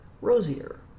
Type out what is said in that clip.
rosier